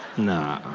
nah